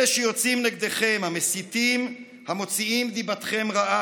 אלה שיוצאים נגדכם, המסיתים המוציאים דיבתכם רעה,